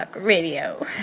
Radio